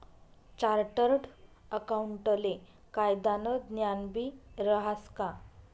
chartered अकाऊंटले कायदानं ज्ञानबी रहास का